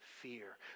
fear